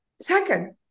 Second